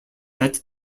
that